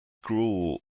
grew